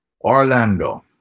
Orlando